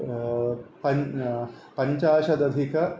पञ्च पञ्चाशदधिक